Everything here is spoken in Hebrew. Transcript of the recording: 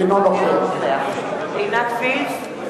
אינו נוכח עינת וילף,